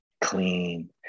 clean